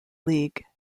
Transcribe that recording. league